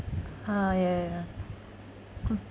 ah ya ya ya